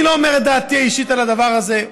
אני לא אומר את דעתי האישית על הדבר הזה.